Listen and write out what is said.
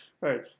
right